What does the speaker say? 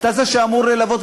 אתה זה שאמור ללוות,